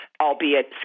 albeit